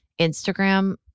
Instagram